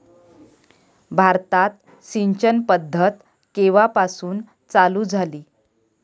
भारतात सिंचन पद्धत केवापासून चालू झाली?